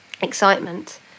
excitement